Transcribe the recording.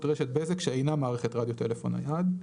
רשת בזק שאינה מערכת רדיו טלפון נייד."